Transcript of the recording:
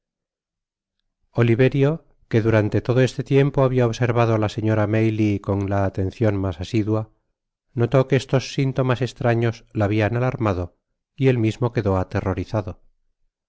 oliverio que durante todo este tiempo habia observado á la señora maylie con la atencion mas asidua notó que estos sintomas estraños la habian a'armado y él mismo quedó aterrorizado